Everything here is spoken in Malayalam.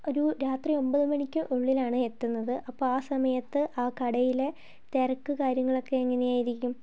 ഒരു രാത്രി ഒമ്പത് മണിക്കും ഉള്ളിലാണ് എത്തുന്നത് അപ്പോൾ ആ സമയത്ത് ആ കടയിലെ തിരക്ക് കാര്യങ്ങളൊക്കെ എങ്ങനെയായിരിക്കും